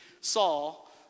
Saul